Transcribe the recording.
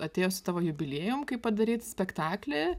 atėjo su tavo jubiliejum kaip padaryt spektaklį